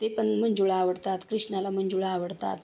ते पण मंजुळा आवडतात कृष्णाला मंजुळा आवडतात